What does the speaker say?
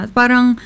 parang